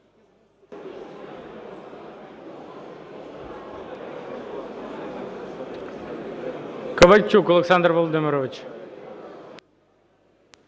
Ковальчук Олександр Володимирович.